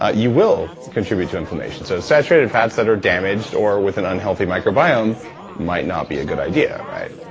ah you will contribute to inflammation so saturated fats that are damaged, or with an unhealthy micro biome might not be a good idea. right?